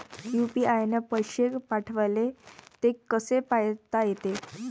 UPI न पैसे पाठवले, ते कसे पायता येते?